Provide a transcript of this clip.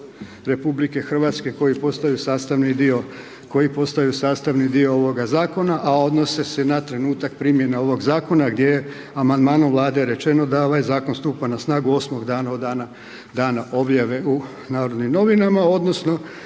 sastavni dio, koji postaju sastavni dio ovoga zakona, a odnose se na trenutak primjene ovog zakona gdje je amandmanom Vlade rečeno da ovaj zakon stupa na snagu 8 dana od dana, dana objave u Narodnim novinama odnosno